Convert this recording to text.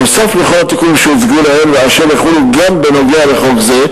נוסף על כל התיקונים שהוצגו לעיל ואשר יחולו גם בנוגע לחוק זה,